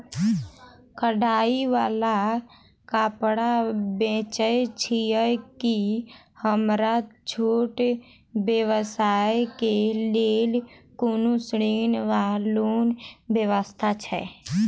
कढ़ाई वला कापड़ बेचै छीयै की हमरा छोट व्यवसाय केँ लेल कोनो ऋण वा लोन व्यवस्था छै?